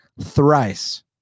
thrice